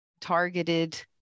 targeted